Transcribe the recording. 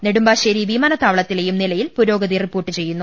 നെടുമ്പാശേരി വിമാനത്താവളത്തിലേയും ്രിനില്യിൽ പുരോഗ തി റിപ്പോർട്ടു ചെയ്യുന്നു